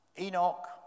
Enoch